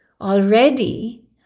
already